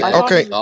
okay